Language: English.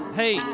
hey